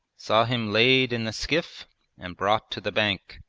saw him laid in the skiff and brought to the bank.